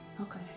Okay